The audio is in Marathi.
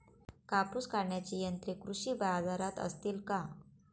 कापूस काढण्याची यंत्रे कृषी बाजारात असतील का?